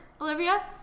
olivia